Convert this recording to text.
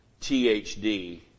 THD